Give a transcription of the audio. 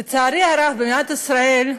לצערי הרב, מדינת ישראל,